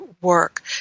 work